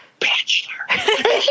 Bachelor